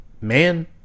man